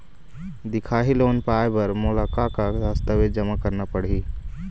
दिखाही लोन पाए बर मोला का का दस्तावेज जमा करना पड़ही?